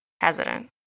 hesitant